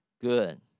good